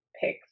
picks